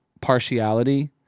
partiality